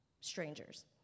strangers